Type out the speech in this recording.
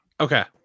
Okay